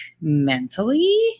mentally